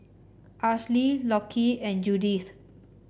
Alysia Lockie and Judith